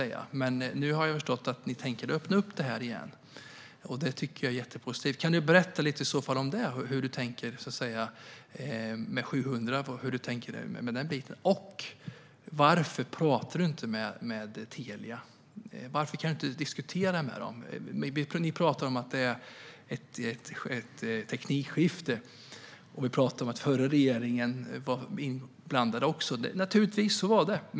Men nu har jag förstått att ni tänker öppna upp detta igen, och det tycker jag är mycket positivt. Kan du, Peter Eriksson, berätta lite grann hur du tänker när det gäller 700-megahertzbandet, och varför talar du inte talar med Telia? Varför kan du inte diskutera med dem? Peter Eriksson talar om att det är ett teknikskifte och att den förra regeringen också var inblandad. Naturligtvis var det så.